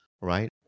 Right